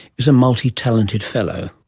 is a multitalented fellow.